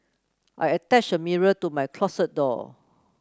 I attached a mirror to my closet door